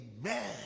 Amen